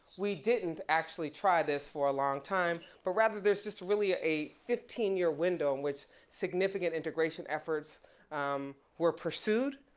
we didn't actually try this for a long time, but rather there's just really ah a fifteen year window in which significant integration efforts were pursued.